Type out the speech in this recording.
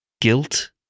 guilt